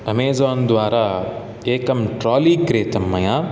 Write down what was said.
Amazon द्वारा एकं trolley क्रीतं मया